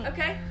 Okay